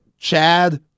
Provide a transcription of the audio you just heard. Chad